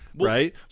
Right